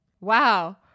Wow